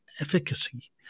efficacy